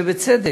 ובצדק,